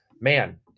Man